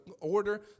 order